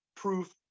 proof